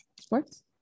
sports